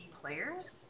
players